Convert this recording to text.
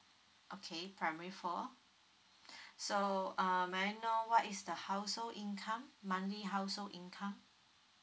okay primary four so um may I know what is the household income monthly household income